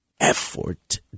effort